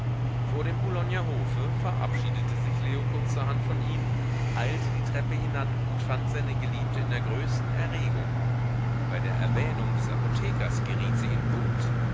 vor dem boulogner hofe verabschiedete sich leo kurzerhand von ihm eilte die treppe hinan und fand seine geliebte in der größten erregung bei der erwähnung des apothekers geriet sie in wut